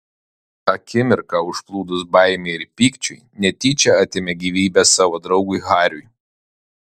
akimirką užplūdus baimei ir pykčiui netyčia atėmė gyvybę savo draugui hariui